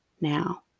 now